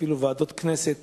אפילו ועדות כנסת